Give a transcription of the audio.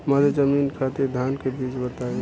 मध्य जमीन खातिर धान के बीज बताई?